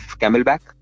camelback